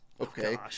Okay